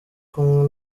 kumwe